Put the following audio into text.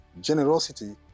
generosity